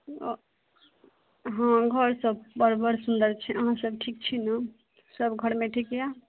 ओ हँ घरसब बड़ बड़ सुन्दर छै अहाँसभ ठीक छी ने सब घरमे ठीक यऽ